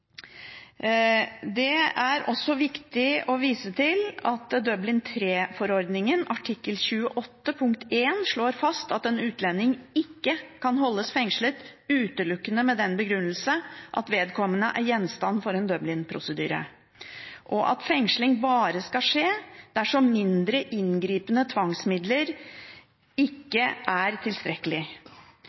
Det er også viktig å vise til at Dublin III-forordningens artikkel 28 slår fast at «en utlending ikke kan holdes fengslet utelukkende med den begrunnelse at vedkommende er gjenstand for Dublin-prosedyre, og at fengsling bare skal skje dersom mindre inngripende tvangsmidler ikke vil være tilstrekkelig».